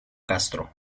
castro